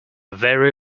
very